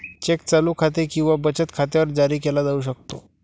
check चालू खाते किंवा बचत खात्यावर जारी केला जाऊ शकतो